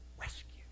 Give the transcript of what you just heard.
Rescue